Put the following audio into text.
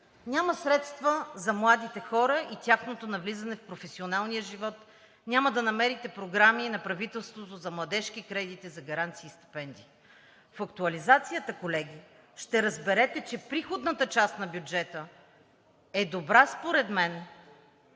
Няма средства за младите хора и тяхното навлизане в професионалния живот. Няма да намерите програми на правителството за младежки кредити, за гаранции и стипендии. В актуализацията, колеги, ще разберете, че приходната част на бюджета е добра според мен